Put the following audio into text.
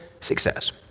success